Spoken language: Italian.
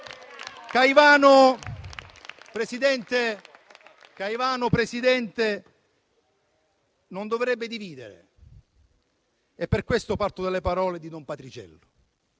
Caivano non dovrebbe dividere e per questo parto dalle parole di don Patriciello.